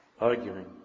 arguing